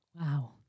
Wow